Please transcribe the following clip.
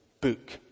book